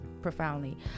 profoundly